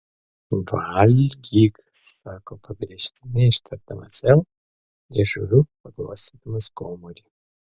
valgyk sako pabrėžtinai ištardamas l liežuviu paglostydamas gomurį